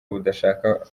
budashaka